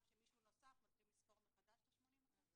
שמישהו נוסף מתחילים לספור מחדש את ה-80%?